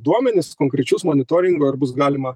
duomenis konkrečius monitoringo ir bus galima